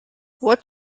what